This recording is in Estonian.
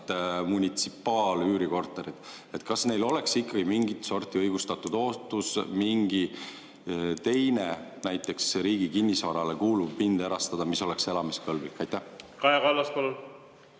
munitsipaalüürikorterid, kas neil oleks mingit sorti õigustatud ootus mingi teine, näiteks Riigi Kinnisvara AS-le kuuluv pind erastada, mis oleks elamiskõlblik? Kaja Kallas,